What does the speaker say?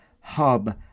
Hub